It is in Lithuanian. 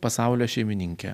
pasaulio šeimininkė